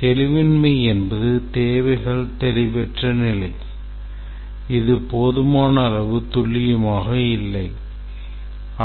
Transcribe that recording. தெளிவின்மை என்பது தேவைகள் தெளிவற்ற நிலை இது போதுமான அளவு துல்லியமாக இல்லை